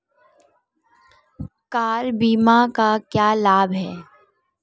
Car बीमा का क्या लाभ है?